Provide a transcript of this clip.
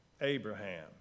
Abraham